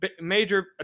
major